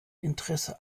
interesse